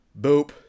boop